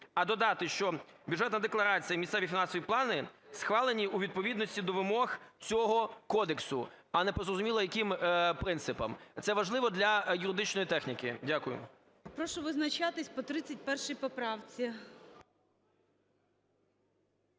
а додати, що Бюджетна декларація, місцеві фінансові плани схвалені у відповідності до вимог цього кодексу, а не по незрозуміло яким принципам. Це важливо для юридичної техніки. Дякую. ГОЛОВУЮЧИЙ. Прошу визначатись по 31 поправці.